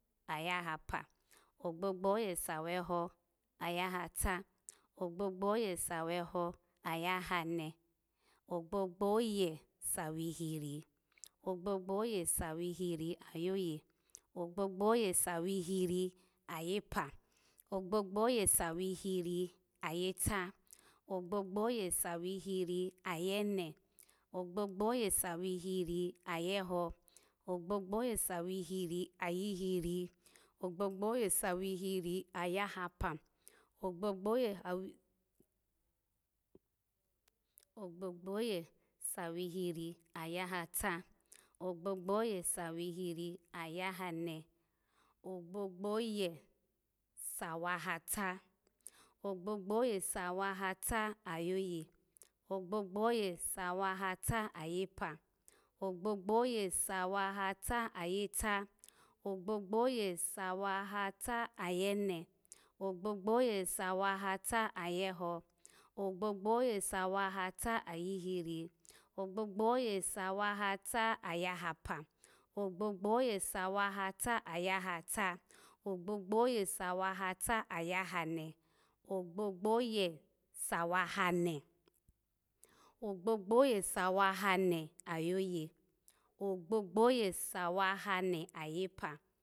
Ayahapa, ogbogbo oye sa weho ayahata, ogbogbo oye sa weho ayahane, ogbogbo oye sa wihiri, ogbogbo oye sa wihiri ayoye, ogbogbo oye sa wihiri ayepa, ogbogbo oye sa wihiri ayeta, ogbogbo oye sa wihiri ayene, ogbogbo oye sa wihiri ayeho, ogbogbo oye sa wihiri ayihiri, ogbogbo oye sa wihiri ayahapa, ogbogbo oye sa wihiri ayahata, ogbogbo oye sa wihiri ayahane, ogbogbo oye sa wahata, ogbogbo oye sa wahata ayoye, ogbogbo oye sa wahata ayepa, ogbogbo oye sa wahata ayeta, ogbogbo oye sa wahata ayene, ogbogbo oye sa wahata ayeho, ogbogbo oye sa wahata ayihiri, ogbogbo oye sa wahata ayahapa, ogbogbo oye sa wahata ayahata, ogbogbo oye sa wahata ayahane, ogbogbo oye sa wahane, ogbogbo oye sa wahane ayoye, ogbogbo oye sa wahane ayepa.